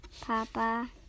papa